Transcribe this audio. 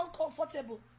uncomfortable